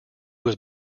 was